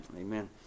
amen